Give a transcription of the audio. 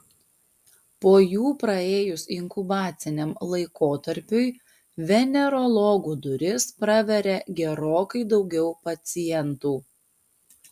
po jų praėjus inkubaciniam laikotarpiui venerologų duris praveria gerokai daugiau pacientų